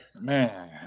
man